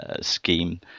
scheme